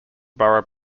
borough